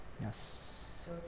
yes